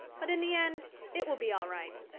but in the end it will be all right.